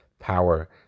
power